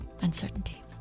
Uncertainty